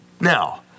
Now